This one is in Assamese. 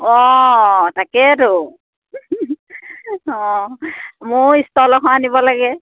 অঁ তাকেইতো অঁ মোৰো ষ্ট'ল এখন আনিব লাগে